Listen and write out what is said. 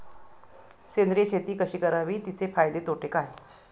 सेंद्रिय शेती कशी करावी? तिचे फायदे तोटे काय?